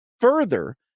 Further